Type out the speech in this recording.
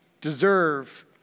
deserve